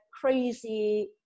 crazy